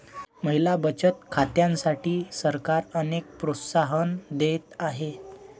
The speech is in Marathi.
महिला बचत खात्यांसाठी सरकार अनेक प्रोत्साहन देत आहे